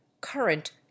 current